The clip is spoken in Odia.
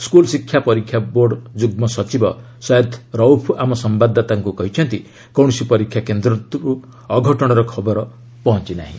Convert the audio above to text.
ସ୍କୁଲ୍ ଶିକ୍ଷା ପରୀକ୍ଷା ବୋର୍ଡ଼ ଯୁଗ୍ମ ସଚିବ ସୟତ୍ ରଉଫ୍ ଆମ ସମ୍ଭାଦଦାତାଙ୍କୁ କହିଛନ୍ତି କୌଣସି ପରୀକ୍ଷା କେନ୍ଦ୍ରରୁ ଅଘଟଣର ଖବର ଏପର୍ଯ୍ୟନ୍ତ ଆସି ନାହିଁ